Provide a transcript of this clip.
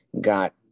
got